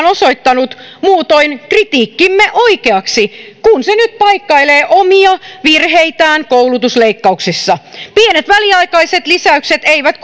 osoittanut kritiikkimme oikeaksi kun se nyt paikkailee omia virheitään koulutusleikkauksissa pienet väliaikaiset lisäykset eivät